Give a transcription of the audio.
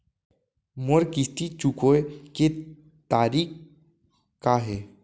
मोर किस्ती चुकोय के तारीक का हे?